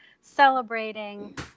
celebrating